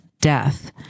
death